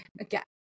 Again